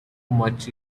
much